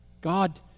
God